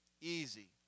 Easy